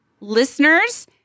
Listeners